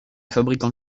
fabricant